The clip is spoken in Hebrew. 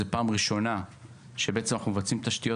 זאת פעם ראשונה שאנחנו מבצעים תשתיות